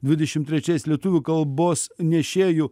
dvidešim trečiais lietuvių kalbos nešėjų